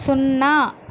సున్నా